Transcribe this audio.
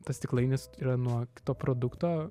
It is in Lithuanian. tas stiklainis yra nuo to produkto